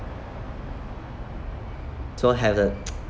so I have a